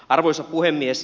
arvoisa puhemies